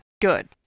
good